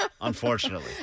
unfortunately